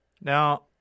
Now